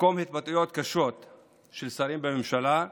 במקום התבטאויות קשות של שרים במשלה,